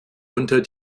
unter